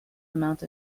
amount